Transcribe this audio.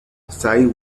side